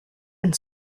and